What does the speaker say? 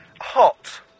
hot